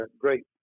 great